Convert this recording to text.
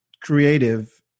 creative